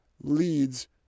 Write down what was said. leads